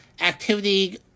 activity